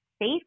safe